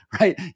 right